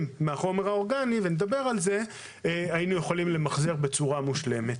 מהחומר האורגני היינו יכולים למחזר בצורה מושלמת.